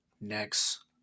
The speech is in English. next